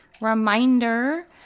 reminder